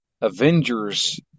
Avengers